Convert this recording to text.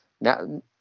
Now